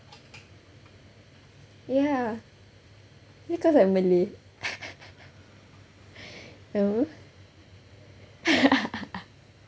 ya because I'm malay oh